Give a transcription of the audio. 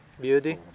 beauty